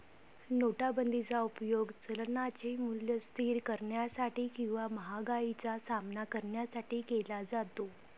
नोटाबंदीचा उपयोग चलनाचे मूल्य स्थिर करण्यासाठी किंवा महागाईचा सामना करण्यासाठी केला जातो